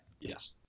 Yes